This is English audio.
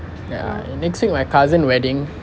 next week my cousin wedding